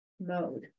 mode